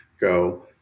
go